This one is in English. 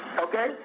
okay